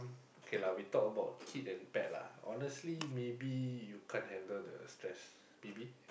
K lah we talk about kid and pet lah honestly maybe you can't handle the stress maybe